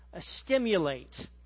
stimulate